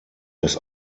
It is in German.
dass